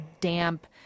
damp